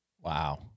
Wow